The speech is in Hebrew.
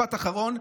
משפט אחרון.